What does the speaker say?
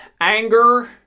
anger